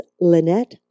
Lynette